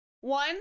One